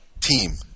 team